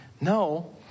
No